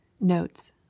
Notes